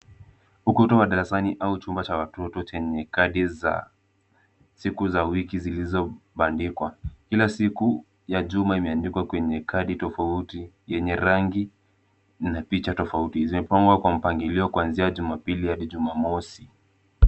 Ukuta wa darasani au chumba cha watoto chenye kadi za siku za wiki zilizobandikwa. Kila siku ya juma imeandikwa kwenye kadi tofauti yenye rangi na picha tofauti. Zimepangwa kwa mpangilio kuanzia Jumapili hadi Jumamosi.